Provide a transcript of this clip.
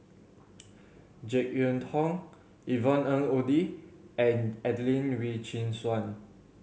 Jek Yeun Thong Yvonne Ng Uhde and Adelene Wee Chin Suan